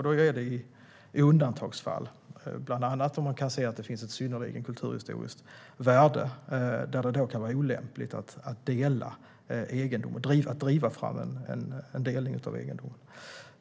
Det är i undantagsfall, bland annat om man kan se att det finns ett synnerligen stort kulturhistoriskt värde där det kan vara olämpligt att driva fram en delning av egendomen.